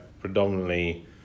predominantly